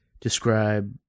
describe